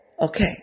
Okay